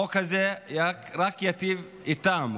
החוק הזה רק ייטיב איתן.